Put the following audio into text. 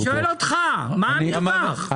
אני שואל אותך, מה המרווח הממוצע?